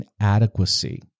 inadequacy